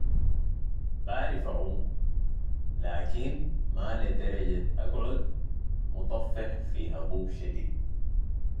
بعرف اعوم لكن ما لي درجة اقعد مطفح في هبوب شديد